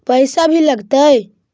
पैसा भी लगतय?